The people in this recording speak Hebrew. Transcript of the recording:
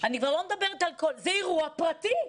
זה אירוע פרטי.